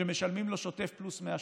שמשלמים לו שוטף פלוס 180?